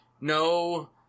no